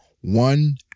one